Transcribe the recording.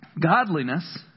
Godliness